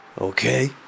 Okay